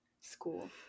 school